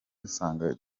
dusanzwe